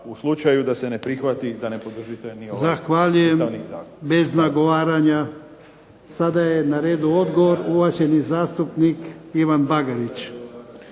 Zahvaljujem. Bez nagovaranja. Sada je na redu odgovor, uvaženi zastupnik Ivan Bagarić.